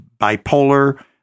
bipolar